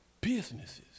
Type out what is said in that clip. businesses